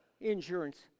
insurance